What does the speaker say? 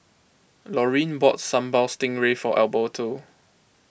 Lorene boughts Sambal Stingray for Alberto